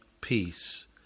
peace